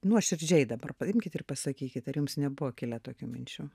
nuoširdžiai dabar paimkit ir pasakykit ar jums nebuvo kilę tokių minčių